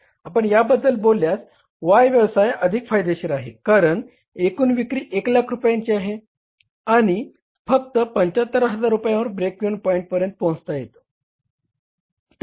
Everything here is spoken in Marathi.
आपण याबद्दल बोलल्यास Y व्यवसाय अधिक फायदेशीर आहे कारण एकूण विक्री 100000 रुपयांची आहे आणि फक्त 75000 रुपायंवर ब्रेक इव्हन पॉईंट पर्यंत पोहचत आहोत